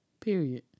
Period